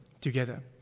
together